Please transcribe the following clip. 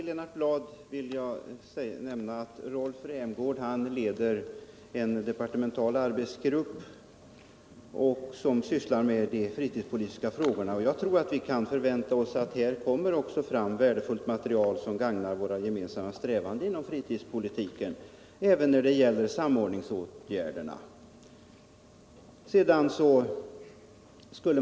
Herr talman! Rolf Rämgård leder en departemental arbetsgrupp som sysslar med de fritidspolitiska frågorna. Jag tror att det från den gruppen kommer värdefullt material som gagnar våra gemensamma strävanden inom fritidspolitiken, även sådant som rör samordningsåtgärderna.